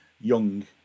Young